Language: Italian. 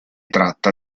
tratta